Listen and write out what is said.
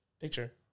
picture